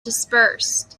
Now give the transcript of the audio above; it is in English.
dispersed